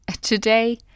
today